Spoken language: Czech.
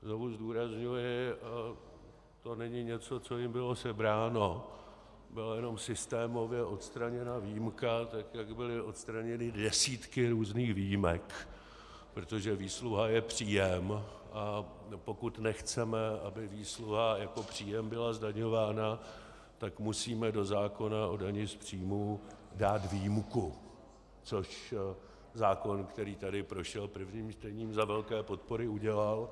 Znovu zdůrazňuji, to není něco, co jim bylo sebráno, to byla jenom systémově odstraněna výjimka, tak jak byly odstraněny desítky různých výjimek, protože výsluha je příjem, a pokud nechceme, aby výsluha jako příjem byla zdaňována, tak musíme do zákona o dani z příjmů dát výjimku, což zákon, který tady prošel prvním čtením za velké podpory, udělal.